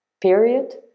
period